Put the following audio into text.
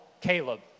Caleb